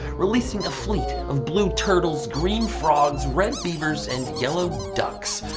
releasing a fleet of blue turtles, green frogs, red beavers, and yellow ducks.